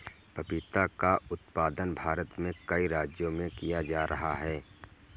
पपीता का उत्पादन भारत में कई राज्यों में किया जा रहा है